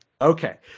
okay